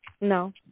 No